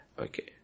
Okay